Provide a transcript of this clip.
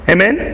Amen